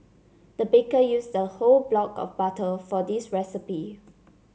the baker use a whole block of butter for this recipe